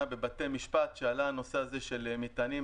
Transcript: בבתי המשפט שעלה הנושא הזה של מטענים.